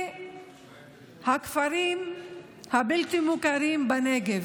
מהכפרים הבלתי-מוכרים בנגב,